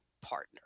partner